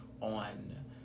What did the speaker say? on